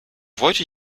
wollte